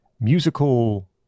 musical